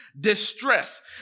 distress